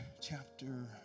chapter